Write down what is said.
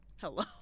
Hello